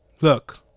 look